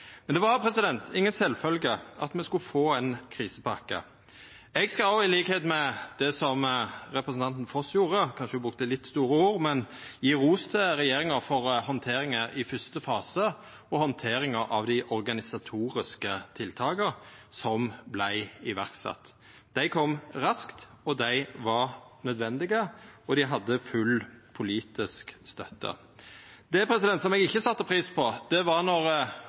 Men det var ikkje sjølvsagt at me skulle få ein krisepakke. Eg skal til liks med det som representanten Foss gjorde – ho brukte kanskje litt store ord – gje ros til regjeringa for handteringa i første fase og handteringa av dei organisatoriske tiltaka som vart sette i verk. Dei kom raskt, dei var nødvendige, og dei hadde full politisk støtte. Det eg ikkje sette pris på, var